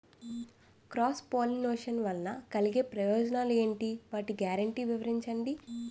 Cross pollination వలన కలిగే ప్రయోజనాలు ఎంటి? వాటి గ్యారంటీ వివరించండి?